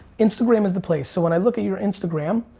instagram is the place. so when i look at your instagram,